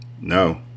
No